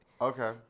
Okay